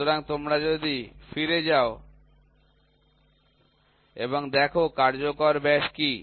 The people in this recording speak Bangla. সুতরাং তোমরা যদি ফিরে যাও এবং দেখ কার্যকর ব্যাস কি